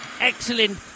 excellent